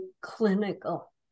clinical